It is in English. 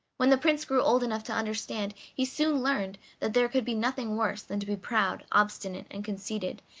when the prince grew old enough to understand, he soon learned that there could be nothing worse than to be proud, obstinate, and conceited,